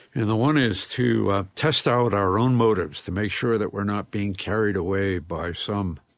and the one is to test out our own motives to make sure that we're not being carried away by some,